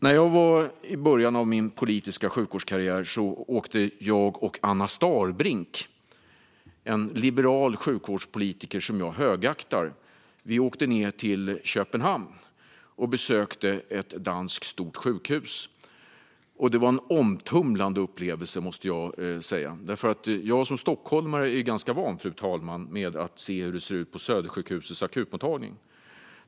När jag var i början av min karriär inom sjukvårdspolitik åkte jag och Anna Starbrink, en liberal sjukvårdspolitiker som jag högaktar, ned till Köpenhamn och besökte ett stort danskt sjukhus. Det var en omtumlande upplevelse, måste jag säga. Som stockholmare är jag ganska van, fru talman, vid hur det brukar se ut på Södersjukhusets akutmottagning.